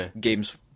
games